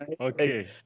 okay